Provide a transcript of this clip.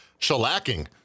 shellacking